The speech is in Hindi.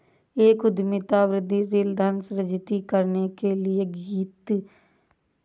एक उद्यमिता वृद्धिशील धन सृजित करने की गतिशील प्रक्रिया है